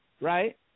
right